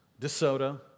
DeSoto